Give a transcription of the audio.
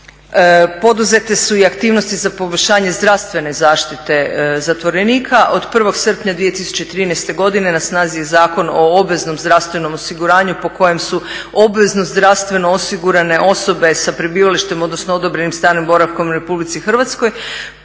Poduzete su i aktivnosti za poboljšanje zdravstvene zaštite zatvorenika od 1. srpnja 2013. godine na snazi je Zakon o obveznom zdravstvenom osiguranju po kojem su obvezno zdravstveno osigurane osobe sa prebivalištem, odnosno odobrenim stalnim boravkom u Republici Hrvatskoj